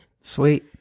Sweet